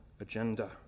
agenda